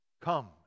Come